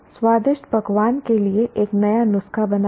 स्वादिष्ट पकवान के लिए एक नया नुस्खा बनाएं